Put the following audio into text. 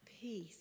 Peace